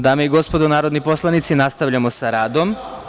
Dame i gospodo narodni poslanici, nastavljamo sa radom.